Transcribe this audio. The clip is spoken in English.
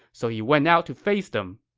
so he went out to face them.